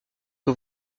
que